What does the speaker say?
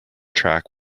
track